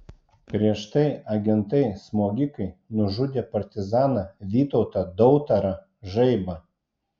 prieš tai agentai smogikai nužudė partizaną vytautą dautarą žaibą